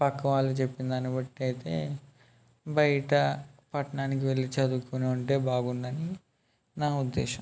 పక్కవాళ్ళు చెప్పిన దాన్ని బట్టయితే బయట పట్టణానికి వెళ్ళి చదువుకొని ఉంటే బాగుండని నా ఉద్దేశం